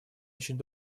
очень